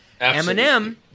Eminem